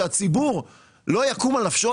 שהציבור לא יקום על נפשו?